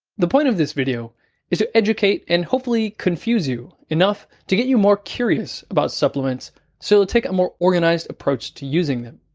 the point of this video is to educate and hopefully confuse you enough to get you more curious about supplements so you'll take a more organized approach to using them,